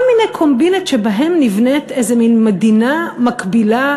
כל מיני קומבינות שבהן נבנית איזה מין מדינה מקבילה,